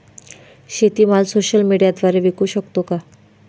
शेतीमाल सोशल मीडियाद्वारे विकू शकतो का?